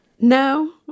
No